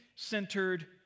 centered